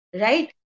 Right